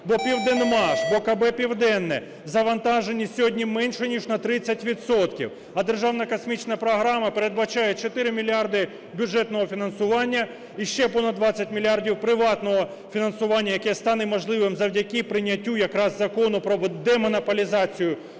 бо "Південмаш", бо КБ "Південне" завантажені сьогодні менше ніж на 30 відсотків. А державна космічна програма передбачає 4 мільярди бюджетного фінансування і ще понад двадцять мільярдів приватного фінансування, яке стане можливим завдяки прийняттю якраз Закону про демонополізацію